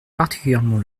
particulièrement